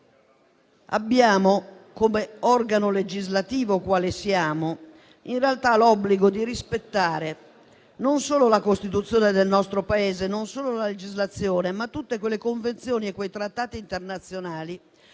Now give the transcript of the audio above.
Eppure, come organo legislativo quale siamo, abbiamo in realtà l'obbligo di rispettare non solo la Costituzione del nostro Paese, non solo la legislazione, ma tutte quelle convenzioni e quei trattati internazionali